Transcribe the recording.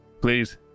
please